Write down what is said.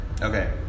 Okay